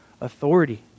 authority